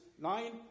nine